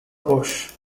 bush